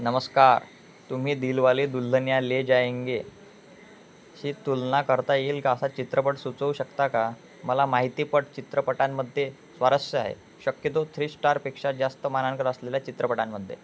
नमस्कार तुम्ही दिलवाले दुल्हनिया ले जायेंगे ची तुलना करता येईल का असा चित्रपट सुचवू शकता का मला माहितीपट चित्रपटांमध्ये स्वारस्य आहे शक्यतो थ्री स्टारपेक्षा जास्त मानांकन असलेल्या चित्रपटांमध्ये